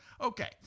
Okay